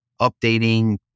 updating